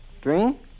Drink